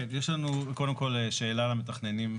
יש לנו שאלה למתכננים: